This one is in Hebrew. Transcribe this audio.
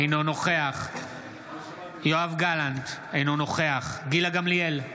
אינו נוכח יואב גלנט, אינו נוכח גילה גמליאל,